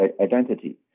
identity